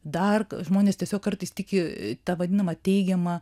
dar žmonės tiesiog kartais tiki ta vadinama teigiama